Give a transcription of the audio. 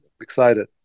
excited